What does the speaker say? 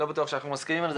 לא בטוח שאנחנו מסכימים,